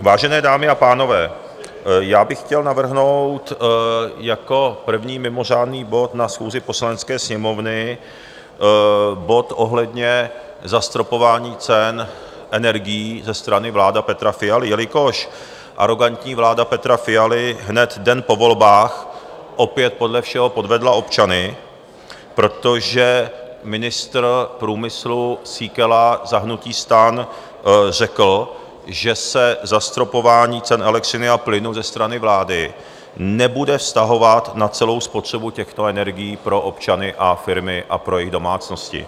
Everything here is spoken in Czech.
Vážené dámy a pánové, já bych chtěl navrhnout jako první mimořádný bod na schůzi Poslanecké sněmovny bod ohledně zastropování cen energií ze strany vlády Petra Fialy, jelikož arogantní vláda Petra Fialy hned den po volbách opět podle všeho podvedla občany, protože ministr průmyslu Síkela za hnutí STAN řekl, že se zastropování cen elektřiny a plynu ze strany vlády nebude vztahovat na celou spotřebu těchto energií pro občany a firmy a pro jejich domácnosti.